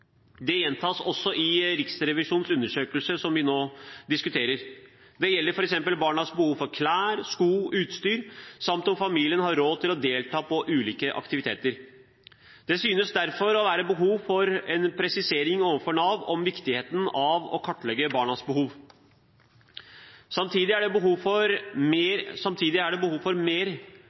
Det gjentas også i Riksrevisjonens undersøkelse som vi nå diskuterer. Det gjelder f.eks. barnas behov for klær, sko og utstyr samt om familien har råd til å delta på ulike aktiviteter. Det synes derfor å være behov for en presisering overfor Nav av viktigheten av å kartlegge barnas behov. Samtidig er det behov for mer rom for